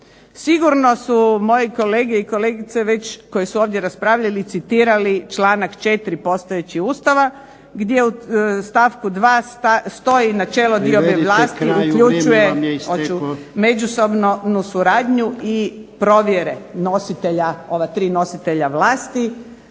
Sigurno su moji kolege i kolegice već koji su ovdje raspravljali citirali članak 4. postojeći Ustava gdje u stavku 2. stoji načelo diobe vlasti uključuje… **Jarnjak, Ivan (HDZ)** Privedite kraju,